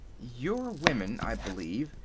your women, i believe,